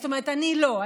זאת אומרת אני לא,